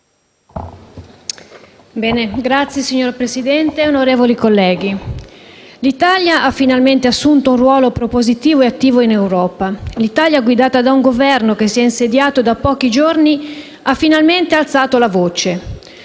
Signor Presidente, onorevoli colleghi, l'Italia ha finalmente assunto un ruolo propositivo e attivo in Europa. L'Italia, guidata da un Governo che si è insediato da pochi giorni, ha finalmente alzato la voce.